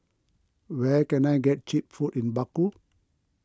where can I get Cheap Food in Baku